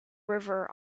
river